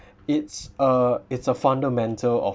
it's a it's a fundamental